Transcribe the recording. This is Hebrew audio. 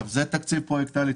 זה תקציב פרויקטלי.